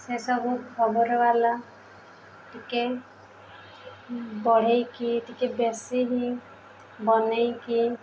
ସେସବୁ ଖବରବାଲା ଟିକିଏ ବଢ଼ାଇକି ଟିକିଏ ବେଶୀ ହିଁ ବନାଇକି